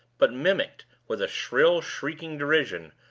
but mimicked with a shrill, shrieking derision,